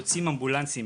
יוצאים אמבולנסים,